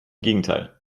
gegenteil